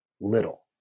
little